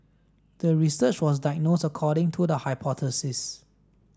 the research was according to the hypothesis